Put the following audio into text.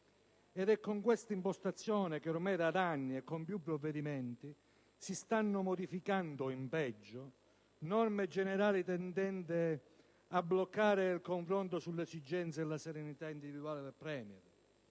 È con questa impostazione che ormai da anni, e con più provvedimenti, si stanno modificando in peggio norme generali, tenendo bloccate a confrontarsi sulle esigenze e sulla serenità individuale del *Premier*